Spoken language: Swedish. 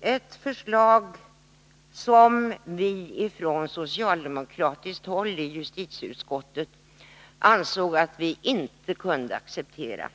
Det var ett förslag som vi från socialdemokratiskt håll i justitieutskottet ansåg att vi inte kunde acceptera.